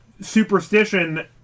superstition